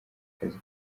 akazi